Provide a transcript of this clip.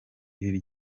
ibi